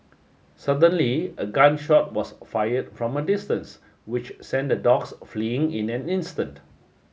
suddenly a gun shot was fired from a distance which sent the dogs fleeing in an instant